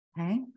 Okay